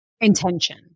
intention